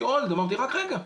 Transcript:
עשיתי הולְד, אמרתי רק רגע,